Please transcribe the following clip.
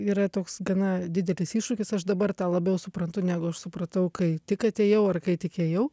yra toks gana didelis iššūkis aš dabar tą labiau suprantu negu aš supratau kai tik atėjau ar kai tik ėjau